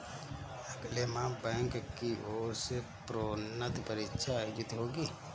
अगले माह बैंक की ओर से प्रोन्नति परीक्षा आयोजित होगी